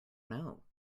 know